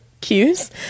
cues